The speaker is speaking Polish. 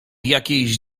jakiejś